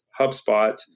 HubSpot